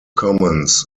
commons